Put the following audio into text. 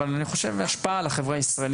אבל אני חושב ההשפעה על החברה הישראל